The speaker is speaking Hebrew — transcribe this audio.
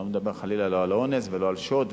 אני לא מדבר חלילה לא על אונס ולא על שוד,